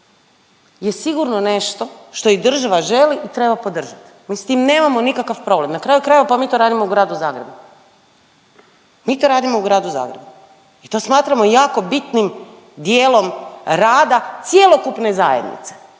je sigurno nešto što i država želi i treba podržat. Mi s tim nemamo nikakav problem, na kraju krajeva, pa mi to radimo u Gradu Zagrebu, mi to radimo u Gradu Zagrebu i to smatramo jako bitnim dijelom rada cjelokupne zajednice,